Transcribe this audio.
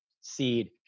seed